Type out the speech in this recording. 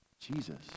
Jesus